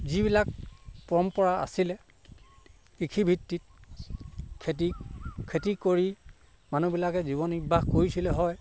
যিবিলাক পৰম্পৰা আছিলে কৃষিভিত্তিক খেতিক খেতি কৰি মানুহবিলাকে জীৱন নিৰ্বাহ কৰিছিলে হয়